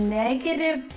negative